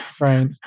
Right